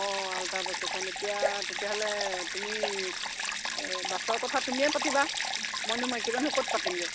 অঁ আল্টা বাছ এখন এতিয়া তেতিয়াহ'লে তুমি বাছৰ কথা তুমিয়ে পাতিবা মইনো মাইকী মানুহ ক'ত পাতিমগৈ